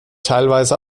teilweise